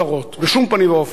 בשום פנים ואופן לא.